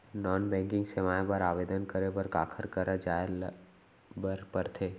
non banking सेवाएं बर आवेदन करे बर काखर करा जाए बर परथे